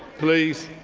please.